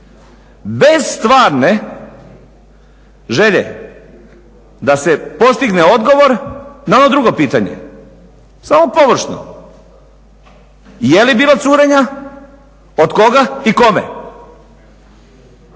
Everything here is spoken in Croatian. bez stvarne želje da se postigne odgovor na ovo drugo pitanje, samo površno, je li bilo curenja, od koga i kome.